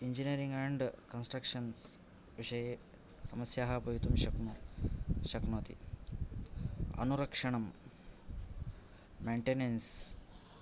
engineering and constructions विषये समस्याः भवितुं शक् शक्नोति अनुरक्षणं मैण्टेनेन्स्